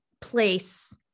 place